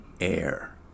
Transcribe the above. Air